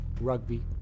Rugby